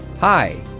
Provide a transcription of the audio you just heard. Hi